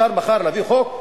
אפשר מחר להביא חוק,